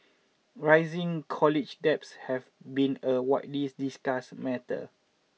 rising college debts have been a widely discussed matter